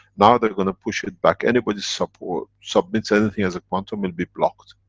now they're gonna push it back. anybody suppor. submits anything as a quantum will be blocked,